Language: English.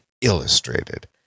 illustrated